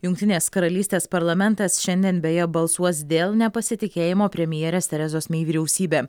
jungtinės karalystės parlamentas šiandien beje balsuos dėl nepasitikėjimo premjerės terezos mei vyriausybe